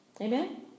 amen